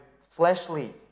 fleshly